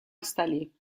installé